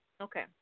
Okay